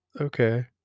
Okay